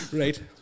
right